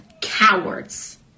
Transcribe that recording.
Cowards